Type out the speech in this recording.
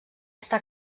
està